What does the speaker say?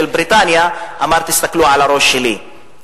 של בריטניה: תסתכלו על הראש שלי.